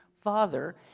father